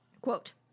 Quote